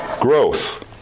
growth